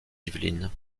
yvelines